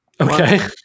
Okay